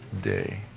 day